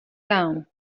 down